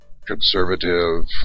conservative